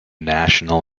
national